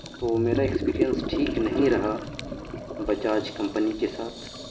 تو میرا ایکسپرینس ٹھیک نہیں رہا بجاج کمپنی کے ساتھ